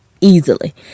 easily